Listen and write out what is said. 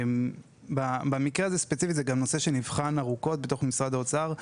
זהו מקרה שנבחן ארוכות בתוך משרד האוצר,